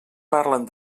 parlen